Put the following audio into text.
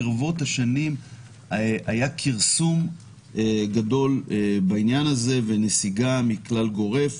וברבות השנים היה כרסום גדול בעניין הזה והייתה נסיגה מזה ככלל גורף,